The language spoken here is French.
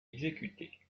exécuter